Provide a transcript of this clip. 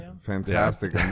fantastic